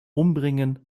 umbringen